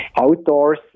Outdoors